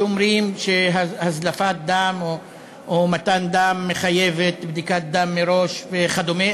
שאומרים שהזלפת דם או מתן דם מחייבת בדיקת דם מראש וכדומה,